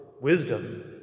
wisdom